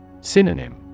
Synonym